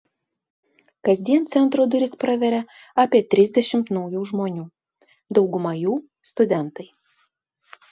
kasdien centro duris praveria apie trisdešimt naujų žmonių dauguma jų studentai